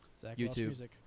YouTube